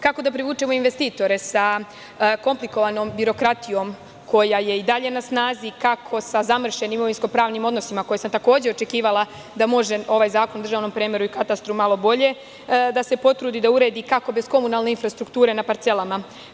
Kako da privučemo investitore sa komplikovanom birokratijom koja je i dalje na snazi, kako sa zamršenim imovinsko-pravnim odnosima, koje sam takođe očekivala da može ovaj zakon o državnom premeru i katastru malo bolje da se potrudi da uredi, kako bez komunalne infrastrukture na parcelama?